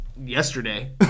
yesterday